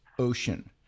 ocean